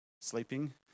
sleeping